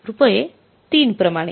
रुपये ३ प्रमाणे